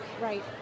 right